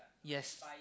yes